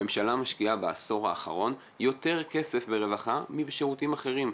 הממשלה משקיעה בעשור האחרון יותר כסף ברווחה מאשר בשירותים אחרים.